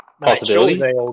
possibility